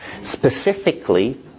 Specifically